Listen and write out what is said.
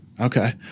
Okay